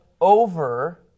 over